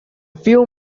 few